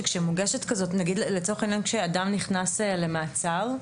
כשאדם נכנס למעצר,